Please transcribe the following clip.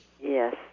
Yes